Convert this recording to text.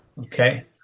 Okay